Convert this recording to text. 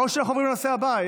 או שאנחנו עוברים לנושא הבא.